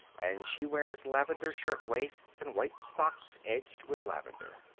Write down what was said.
and she wears lavender shirtwaists and white stocks edged with lavender.